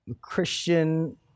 Christian